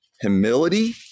humility